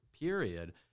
period